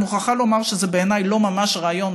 אני מוכרחה לומר שבעיניי זה ממש רעיון